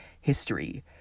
history